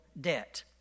debt